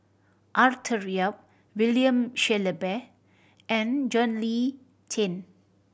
Arthur Yap William Shellabear and John Le Cain